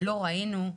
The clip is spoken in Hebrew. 'לא ראינו',